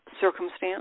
circumstance